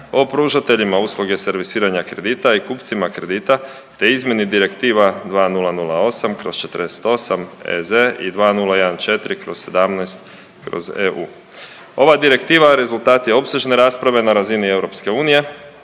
o pružateljima usluge servisiranja kredita i kupcima kredita, te izmjeni direktiva 2008/48 EZ i 2014/17/EU. Ova direktiva rezultat je opsežne rasprave na razini EU,